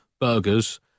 burgers